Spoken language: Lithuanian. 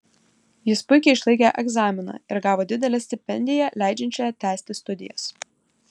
jis puikiai išlaikė egzaminą ir gavo didelę stipendiją leidžiančią tęsti studijas